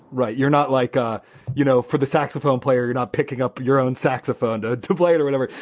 right. you're not like a you know, for the saxophone player. you're not picking up your own saxophone to to play it or whatever.